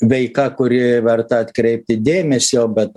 veika kuri verta atkreipti dėmesio bet